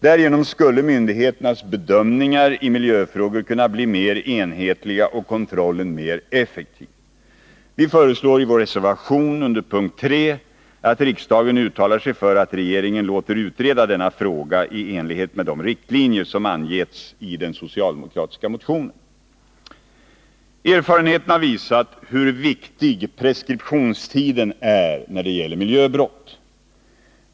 Därigenom skulle myndigheternas bedömningar i miljöfrågor kunna bli mer enhetliga och kontrollen mer effektiv. Vi föreslår i vår reservation under punkt 3 att riksdagen uttalar sig för att regeringen låter utreda denna fråga i enlighet med de riktlinjer som anges i den socialdemokratiska motionen. Erfarenheterna har visat hur viktig preskriptionstiden är när det gäller miljöbrott.